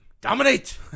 Dominate